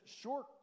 short